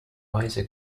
wiser